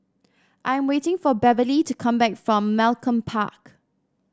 I am waiting for Beverlee to come back from Malcolm Park